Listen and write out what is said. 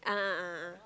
ah ah ah